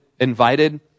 invited